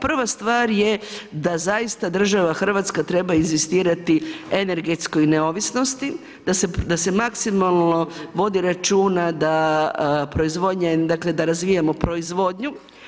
Prva stvar je da zaista država Hrvatska treba inzistirati energetsku i neovisnosti, da se maksimalno vodi računa, da proizvodnja, dakle, da razvijamo proizvodnju.